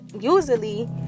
usually